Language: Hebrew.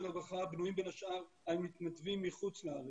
הרווחה בנויים בין השאר על מתנדבים מחוץ לארץ.